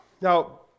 Now